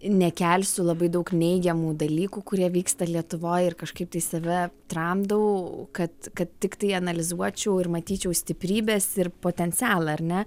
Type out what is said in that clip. nekelsiu labai daug neigiamų dalykų kurie vyksta lietuvoj ir kažkaip tai save tramdau kad kad tiktai analizuočiau ir matyčiau stiprybes ir potencialą ar ne